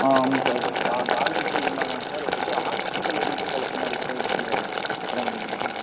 ஆ ஆமாங்க சார் கா காலேஜு இது மாதிரிதாங்க சார் இது ஆஸ்பிட்டல் எதுவும் பக்கத்தில் இருக்கற மாதிரி ஸ்கொயர் ஃபீட்டில் இடம் கிடைக்குமாங்க சார்